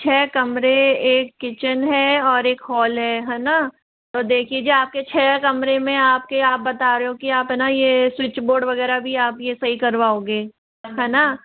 छः कमरे एक किचन है और एक हाॅल है है ना तो देखिए जी आप के छः कमरे में आप के आप बता रहे हो कि आप ना ये स्विच बोर्ड वग़ैरह भी आप ये सही करवाओगे है ना